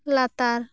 ᱞᱟᱛᱟᱨ